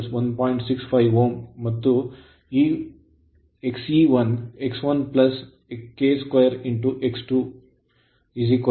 65 Ω ಮತ್ತು ಈ ಒಂದು Xe1 x1 K2 X2ಇದೆ